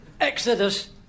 Exodus